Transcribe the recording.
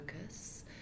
focus